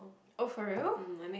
oh for real